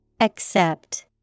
Accept